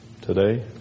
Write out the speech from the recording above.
today